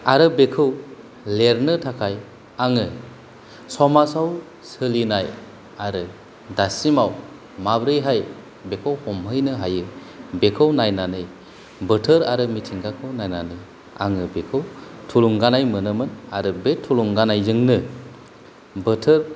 आरो बेखौ लिरनो थाखाय आङो समाजाव सोलिनाय आरो दासिमाव माबोरैहाय बेखौ हमहैनो हायो बेखौ नायनानै बोथोर आरो मिथिंगाखौ नायनानै आङो बेखौ थुलुंगानाय मोनोमोन आरो बे थुलुंगानायजोंनो बोथोर